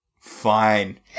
fine